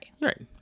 Right